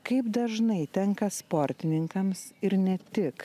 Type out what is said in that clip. kaip dažnai tenka sportininkams ir ne tik